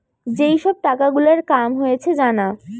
যেই সব টাকা গুলার কাম হয়েছে জানা